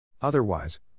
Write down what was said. Otherwise